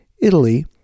Italy